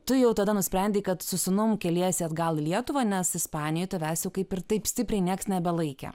tu jau tada nusprendei kad su sūnum keliesi atgal į lietuvą nes ispanijoj tavęs jau kaip ir taip stipriai nieks nebelaikė